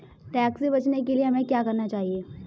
Tax से बचने के लिए हमें क्या करना चाहिए?